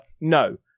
No